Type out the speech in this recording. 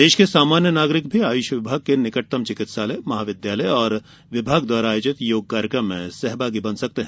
प्रदेश के सामान्य नागरिक भी आयुष विभाग के निकटतम चिकित्सालय महाविद्यालय और विभाग द्वारा आयोजित योग कार्यक्रम में सहभागी बन सकते हैं